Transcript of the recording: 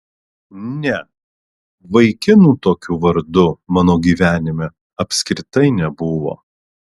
ne vaikinų tokiu vardu mano gyvenime apskritai nebuvo